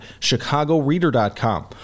chicagoreader.com